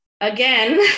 Again